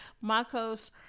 Marco's